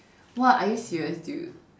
!wah! are you serious dude